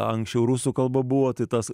anksčiau rusų kalba buvo tai tas